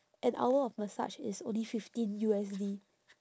an hour of massage is only fifteen U_S_D